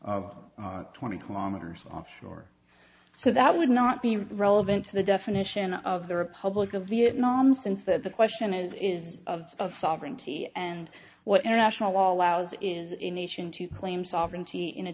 of twenty kilometers offshore so that would not be relevant to the definition of the republic of vietnam since that the question is is of of sovereignty and what international law allows is in nation to claim sovereignty in